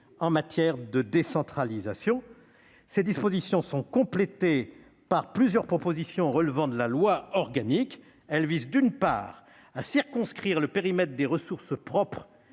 en matière de décentralisation. Ces dispositions sont complétées par plusieurs propositions relevant de la loi organique. Ces dernières visent, d'une part, à circonscrire le périmètre des ressources propres